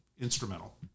instrumental